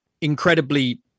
incredibly